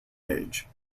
age